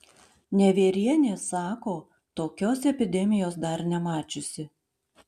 nevierienė sako tokios epidemijos dar nemačiusi